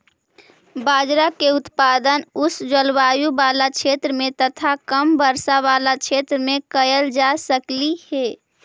बाजरा के उत्पादन उष्ण जलवायु बला क्षेत्र में तथा कम वर्षा बला क्षेत्र में कयल जा सकलई हे